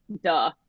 Duh